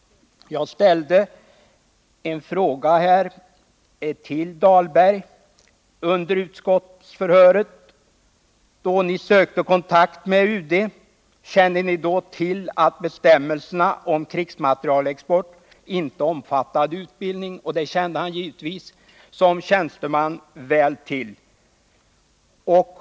Jag ställde under utskottsförhöret frågan till Dahlberg: Då ni sökte kontakt med UD, kände ni då till att bestämmelserna om krigsmaterielexport inte omfattade utbildning? Detta kände han givetvis som tjänsteman väl till.